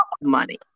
money